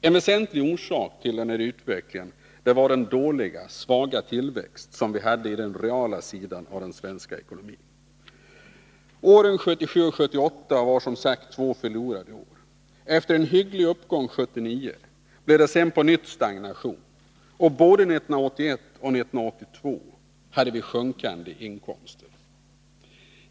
En väsentlig orsak till denna utveckling var den dåliga reala tillväxten i den svenska ekonomin. Åren 1977 och 1978 var som sagt två förlorade år. Efter en hygglig uppgång 1979 blev det sedan på nytt stagnation. Både år 1981 och år 1982 hade vi sjunkande inkomster.